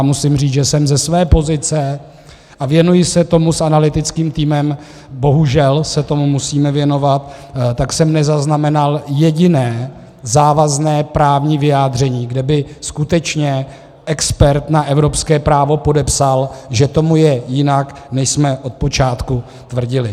Musím říct, že jsem ze své pozice, a věnuji se tomu s analytickým týmem, bohužel se tomu musíme věnovat, tak jsem nezaznamenal jediné závazné právní vyjádření, kde by skutečně expert na evropské právo podepsal, že tomu je jinak, než jsme od počátku tvrdili.